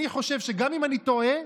אני חושב שגם אם אני טועה,